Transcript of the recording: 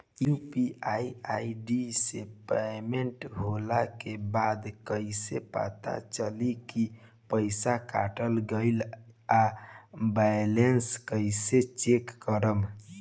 UPI ID से payment होला के बाद कइसे पता चली की पईसा कट गएल आ बैलेंस कइसे चेक करम?